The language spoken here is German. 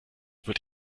wird